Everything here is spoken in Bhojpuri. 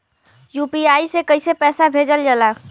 यू.पी.आई से कइसे पैसा भेजल जाला?